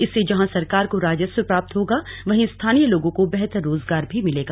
इससे जहां सरकार को राजस्व प्राप्त होगा वहीं स्थानीय लोगों को बेहतर रोजगार भी मिलेगा